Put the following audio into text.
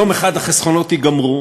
יום אחד החסכונות ייגמרו